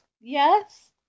yes